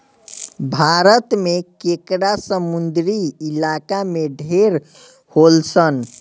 भारत में केकड़ा समुंद्री इलाका में ढेर होलसन